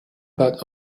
about